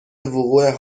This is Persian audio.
وقوع